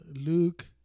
luke